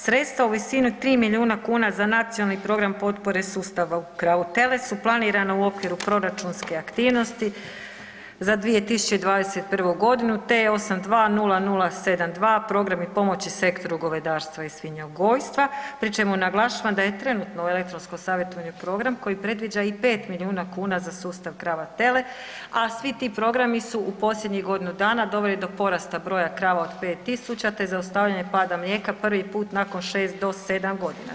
Sredstva u visini od 3 milijuna kuna za nacionalni program potpore sustava u krava-tele su planirana u okviru proračunske aktivnosti za 2021. godinu T820072 program i pomoći sektoru govedarstva i svinjogojstva pri čemu naglašavam da je trenutno elektronsko savjetovanje program koji predviđa i 5 milijuna kuna za sustav krava-tele, a svi ti programi su u posljednjih godinu dana doveli do porasta broja krava od 5 tisuća te zaustavljanje pada mlijeka prvi put nakon 6 do 7 godina.